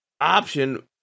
option